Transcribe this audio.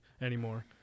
anymore